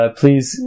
please